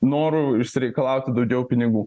noro išsireikalauti daugiau pinigų